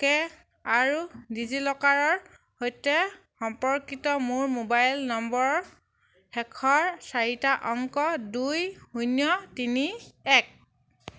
কে আৰু ডিজি লকাৰৰ সৈতে সম্পৰ্কিত মোৰ মোবাইল নম্বৰৰ শেষৰ চাৰিটা অংক দুই শূন্য তিনি এক